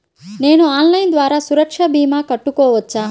నేను ఆన్లైన్ ద్వారా సురక్ష భీమా కట్టుకోవచ్చా?